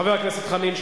חבר הכנסת דב חנין,